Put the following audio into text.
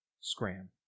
Scram